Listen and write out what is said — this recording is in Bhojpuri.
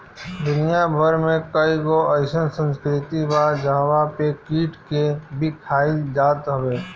दुनिया भर में कईगो अइसन संस्कृति बा जहंवा पे कीट के भी खाइल जात हवे